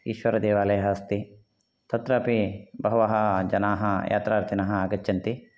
ईश्वरदेवालयः अस्ति तत्रापि बहवः जनाः यात्रार्थिनः आगच्छन्ति